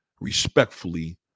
respectfully